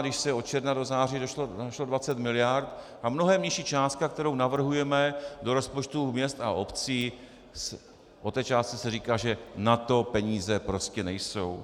A když se od června do září našlo 20 mld. a mnohem nižší částka, kterou navrhujeme do rozpočtů měst a obcí, o té částce se říká, že na to peníze prostě nejsou.